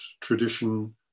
tradition